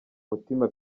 mutima